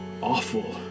awful